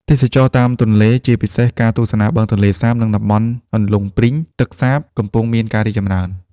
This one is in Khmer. ទេសចរណ៍តាមទន្លេ ជាពិសេសការទស្សនាបឹងទន្លេសាប និងតំបន់អន្លង់ព្រីងទឹកសាប កំពុងមានការរីកចម្រើន។